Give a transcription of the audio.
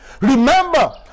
Remember